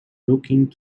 looking